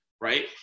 right